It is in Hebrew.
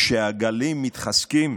כשהגלים מתחזקים,